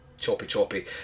choppy-choppy